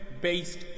based